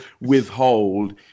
withhold